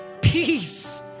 peace